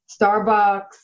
Starbucks